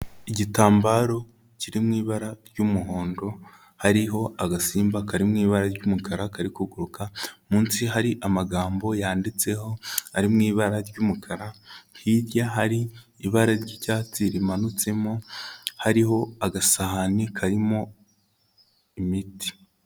Igitambaro kiri mu ibara ry'umuhondo, hariho agasimba kari mu ibara ry'umukara kari kuguruka, munsi hari amagambo yanditseho ari mu ibara ry'umukara, hirya hari ibara ry'icyatsi rimanutsemo hariho agasahani karimo imiti.